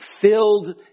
filled